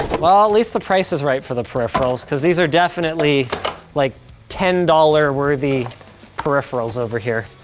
well, at least the price is right for the peripherals, cause these are definitely like ten dollars worthy peripherals over here.